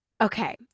okay